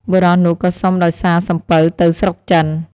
បុរសនោះក៏សុំដោយសារសំពៅទៅស្រុកចិន។